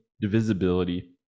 divisibility